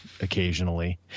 occasionally